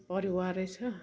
परिवारै छ